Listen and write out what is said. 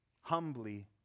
Humbly